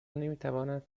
نمیتوانند